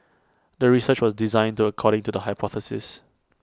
the research was designed according to the hypothesis